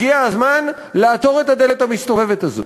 הגיע הזמן לעצור את הדלת המסתובבת הזאת,